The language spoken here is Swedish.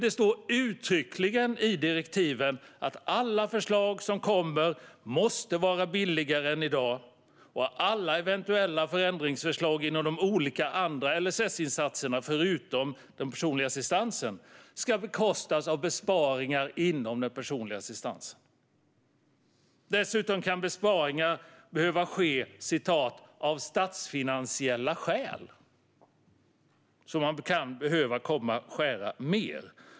Det står uttryckligen i direktiven att alla förslag som kommer att läggas fram måste vara billigare än i dag, och alla eventuella förändringsförslag inom de olika andra LSS-insatserna, förutom den personliga assistansen, ska bekostas av besparingar inom den personliga assistansen. Dessutom kan besparingar behöva ske av statsfinansiella skäl. Man kan behöva skära mer.